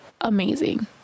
amazing